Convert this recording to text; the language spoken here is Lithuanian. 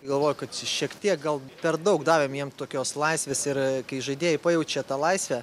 galvoju kad čia šiek tiek gal per daug davėm jiem tokios laisvės ir kai žaidėjai pajaučia tą laisvę